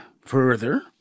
further